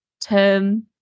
term